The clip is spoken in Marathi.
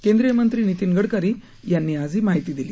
केंद्रीय मंत्री नितीन गडकरी यांनी आज ही माहिती दिली